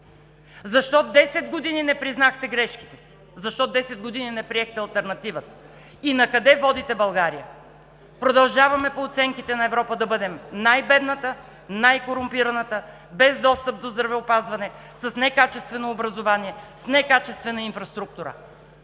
Защо 10 години не признахте грешките си? Защо 10 години не приехте алтернативата и накъде водите България? Продължаваме по оценките на Европа – да бъдем най-бедната, най-корумпираната, без достъп до здравеопазване, с некачествено образование, с некачествена инфраструктура.